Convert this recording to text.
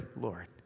Lord